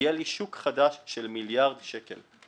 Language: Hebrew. יהיה לי שוק חדש של מיליארד שקל.